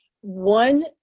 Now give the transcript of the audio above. One